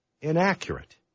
inaccurate